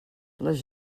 les